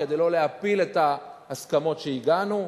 כדי לא להפיל את ההסכמות שהגענו אליהן.